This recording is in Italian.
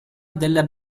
della